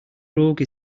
rogue